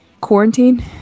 Quarantine